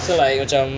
so like macam